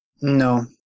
No